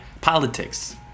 politics